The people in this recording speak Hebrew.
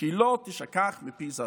'כי לא תשכח מפי זרעו'".